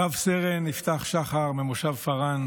רב-סרן יפתח שחר ממושב פארן